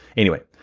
anyway,